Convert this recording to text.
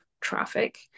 traffic